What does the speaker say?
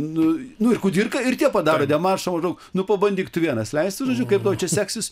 nu nu ir kudirka ir tie padaro demaršą maždaug nu pabandyk tu vienas leisti kaip tau čia seksis